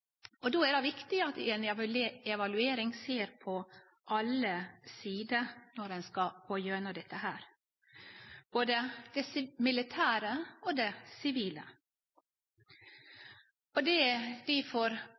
samfunnet. Då er det viktig at ein i ei evaluering ser på alle sider når ein skal gå gjennom dette – både dei militære og dei sivile. Det er difor bra at ein får